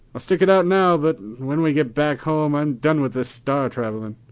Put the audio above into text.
i'll stick it out now, but when we get back home i'm done with this star travelin'.